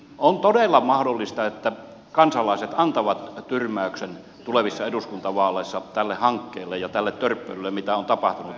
on todella mahdollista että kansalaiset antavat tyr mäyksen tulevissa eduskuntavaaleissa tälle hankkeelle ja tälle törppöilylle mitä on tapahtunut